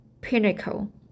pinnacle